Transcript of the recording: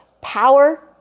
power